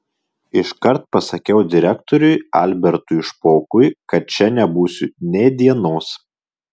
iškart pasakiau direktoriui albertui špokui kad čia nebūsiu nė dienos